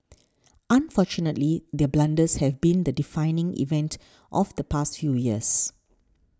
unfortunately their blunders have been the defining event of the past few years